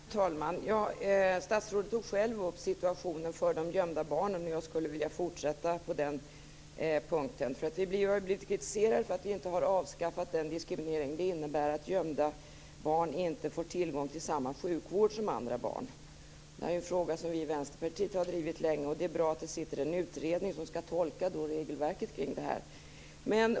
Fru talman! Statsrådet tog själv upp situationen för de gömda barnen. Jag skulle vilja fortsätta på den punkten. Vi har blivit kritiserade för att vi inte har avskaffat den diskriminering det innebär att gömda barn inte får tillgång till samma sjukvård som andra barn. Det är en fråga som vi i Vänsterpartiet har drivit länge. Det är bra att det sitter en utredning som skall tolka regelverk kring detta.